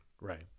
Right